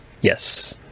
Yes